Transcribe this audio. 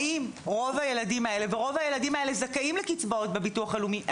רוב הילדים האלה זכאים לקצבאות בביטוח הלאומי,